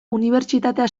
unibertsitatea